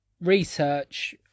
research